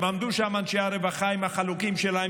והם עמדו שם, אנשי הרווחה, עם החלוקים שלהם,